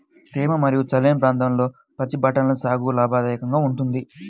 తేమ మరియు చల్లని ప్రాంతాల్లో పచ్చి బఠానీల సాగు లాభదాయకంగా ఉంటుంది